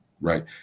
Right